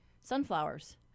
sunflowers